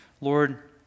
Lord